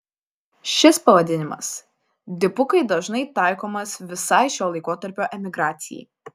šis pavadinimas dipukai dažnai taikomas visai šio laikotarpio emigracijai